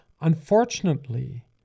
Unfortunately